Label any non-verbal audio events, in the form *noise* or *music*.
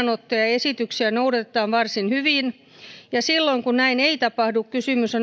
esityksiä noudatetaan varsin hyvin ja silloin kun näin ei tapahdu kysymys *unintelligible*